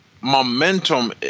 momentum